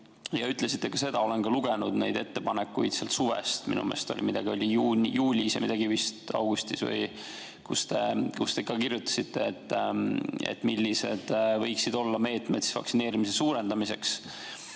Ütlesite ka seda ja olen lugenud neid ettepanekuid suvest, minu meelest midagi oli juulis ja midagi vist augustis, kus te kirjutasite, millised võiksid olla meetmed vaktsineerimise suurendamiseks.